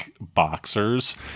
boxers